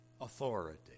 authority